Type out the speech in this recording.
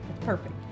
perfect